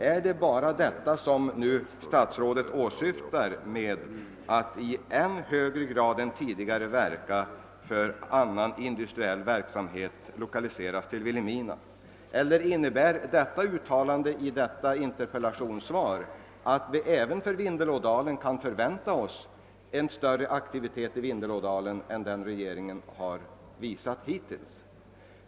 är det bara detta som statsrådet Wickman åsyftar med orden »att i än högre grad än tidigare verka för att annan industriell verksamhet lokaliseras till Vilhelminabygden»? Innebär detta uttalande i svaret att vi kan förvänta oss en större aktivitet även i Vindelådalen än den regeringen har visat hittills?